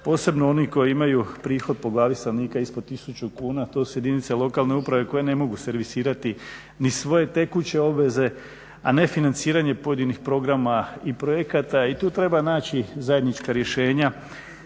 posebno oni koji imaju prihod po glavi stanovnika ispod 1000 kuna. To su jedinice lokalne uprave koje ne mogu servisirati ni svoje tekuće obveze, a ne financiranje pojedinih programa i projekata i tu treba naći zajednička rješenja